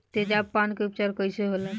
तेजाब पान के उपचार कईसे होला?